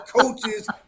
coaches